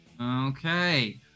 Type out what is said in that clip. Okay